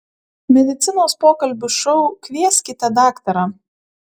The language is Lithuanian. medicinos pokalbių šou kvieskite daktarą